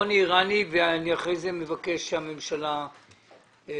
רוני אירני ואחר כך אני מבקש שהממשלה תשיב.